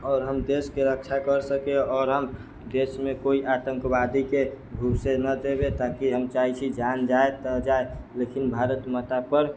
आओर हम देश के रक्षा कर सकी आओर हम देश मे कोइ आतंकवादी के घुसे न देबै ताकि हम चाहै छी जान जायत तऽ जायत लेकिन भारत माता पर